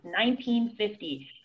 1950